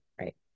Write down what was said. right